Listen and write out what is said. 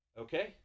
Okay